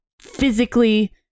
physically